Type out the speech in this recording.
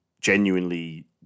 genuinely